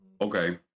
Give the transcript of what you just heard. Okay